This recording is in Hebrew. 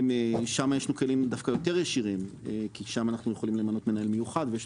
שם יש מחירים יותר ישירים כי שם אנחנו יכולים ליהנות מ --- מיוחד ויש